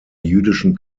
jüdischen